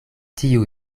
tiu